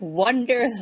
wonder